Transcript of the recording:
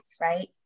right